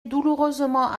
douloureusement